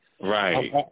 Right